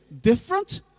different